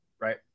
Right